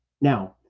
Now